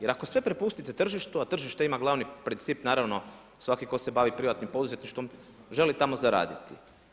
Jer ako sve prepustite tržištu, a tržište ima glavni princip naravno svaki tko se bavi privatnim poduzetništvom želi tamo zaraditi.